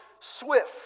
swift